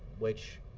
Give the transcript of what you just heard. which,